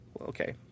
Okay